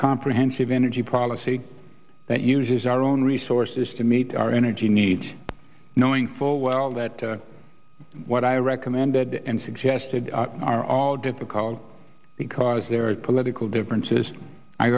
comprehensive energy policy that uses our own resources to meet our energy needs knowing full well that what i recommended and suggested are all difficult because there are political differences i